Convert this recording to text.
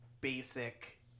basic